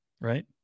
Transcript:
right